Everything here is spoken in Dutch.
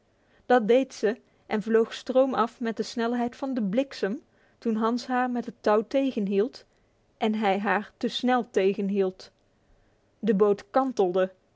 dat deed ze en vloog stroomaf met de snelheid van de bliksem toen hans haar met het touw tegenhield en hij haar te snel tegenhield de boot kantelde